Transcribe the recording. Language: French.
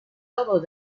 ordres